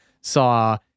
saw